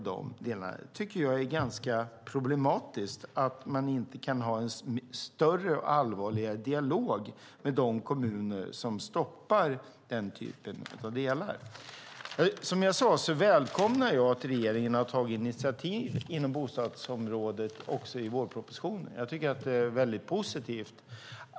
Det är ganska problematiskt att man inte kan ha en större och allvarligare dialog med de kommuner som stoppar det här. Jag välkomnar som sagt att regeringen har tagit initiativ inom bostadsområdet också i vårpropositionen. Det är positivt.